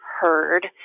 heard